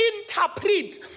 interpret